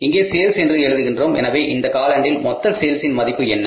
இங்கே சேல்ஸ் என்று எழுதுகின்றோம் எனவே இந்த காலாண்டில் மொத்த சேல்ஸின் மதிப்பு என்ன